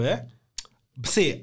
See